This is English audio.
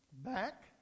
back